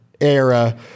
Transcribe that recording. era